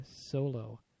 solo